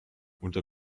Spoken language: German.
unter